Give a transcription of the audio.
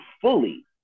fully